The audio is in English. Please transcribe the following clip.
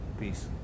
Peace